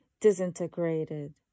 disintegrated